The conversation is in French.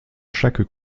chaque